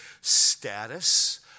status